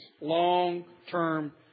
long-term